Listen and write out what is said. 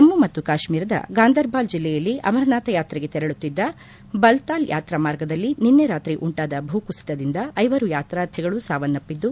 ಜಮ್ನು ಮತ್ತು ಕಾಶ್ಮೀರದ ಗಂದರ್ಬಾಲ್ ಜಿಲ್ಲೆಯಲ್ಲಿ ಅಮರನಾಥ್ ಯಾತ್ರೆಗೆ ತೆರಳುತ್ತಿದ್ದ ಬಲ್ತಾಲ್ ಮಾರ್ಗದಲ್ಲಿ ನಿನ್ನೆ ರಾತ್ರಿ ಉಂಟಾದ ಭೂ ಕುಸಿತದಿಂದ ಐವರು ಯಾತಾರ್ಥಿಗಳು ಸಾವನ್ನಪ್ಪಿದ್ದು